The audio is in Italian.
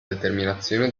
determinazione